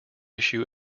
issue